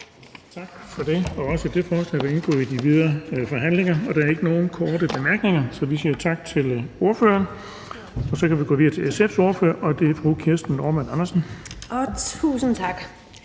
Tak for det. Også dette forslag til vedtagelse vil indgå i de videre forhandlinger. Der er ikke nogen korte bemærkninger, så vi siger tak til ordføreren. Og så kan vi gå videre til SF's ordfører, og det er fru Kirsten Normann Andersen. Kl.